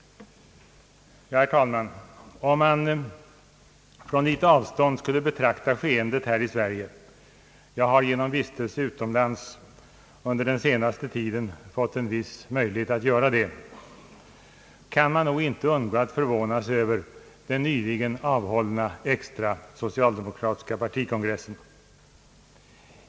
Herr talman. Om man på litet avstånd skulle betrakta skeendet här i Sverige — jag har genom vistelse utomlands under den senaste tiden fått en viss möjlighet att göra det — kan man nog inte undgå att förvåna sig över den nyligen hållna extra socialdemokratiska partikongressen.